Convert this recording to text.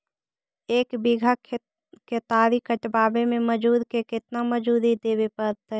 एक बिघा केतारी कटबाबे में मजुर के केतना मजुरि देबे पड़तै?